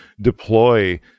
deploy